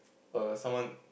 err someone